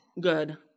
Good